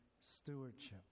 stewardship